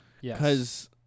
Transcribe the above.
Yes